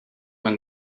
when